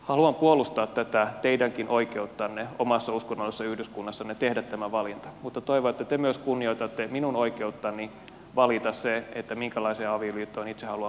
haluan puolustaa tätä teidänkin oikeuttanne omassa uskonnollisessa yhdyskunnassanne tehdä tämä valinta mutta toivon että te myös kunnioitatte minun oikeuttani valita minkälaiseen avioliittoon itse haluan päätyä ja kenen kanssa